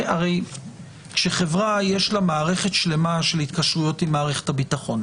הרי כשחברה יש לה מערכת שלמה של התקשרויות עם מערכת הביטחון,